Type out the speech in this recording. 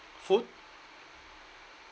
food